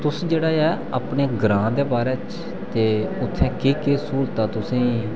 तुस जेह्ड़ा अपने ग्रांदे बारे च ते उत्थै केह् केह् स्हूलतां तुसें गी